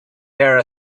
there